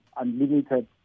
unlimited